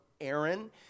Aaron